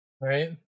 Right